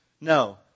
no